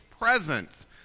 presence